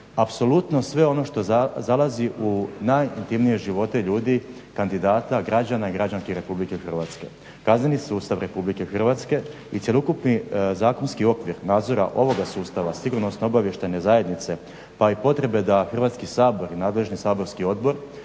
apsolutno sve ono što zalazi u najintimnije živote ljude, kandidata, građana i građanki Republike Hrvatske. Kazneni sustav Republike Hrvatske i cjelokupni zakonski okvir nadzora ovoga sustava sigurnosno obavještajne zajednice pa i potrebe da Hrvatski sabor i nadležni saborski odbor